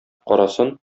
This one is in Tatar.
карасын